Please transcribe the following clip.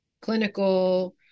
clinical